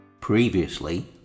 Previously